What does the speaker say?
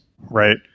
right